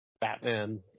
Batman